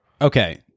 Okay